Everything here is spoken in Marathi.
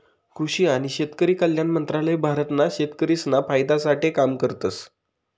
कृषि आणि शेतकरी कल्याण मंत्रालय भारत ना शेतकरिसना फायदा साठे काम करतस